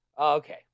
Okay